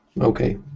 Okay